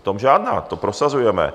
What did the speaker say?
O tom žádná, to prosazujeme.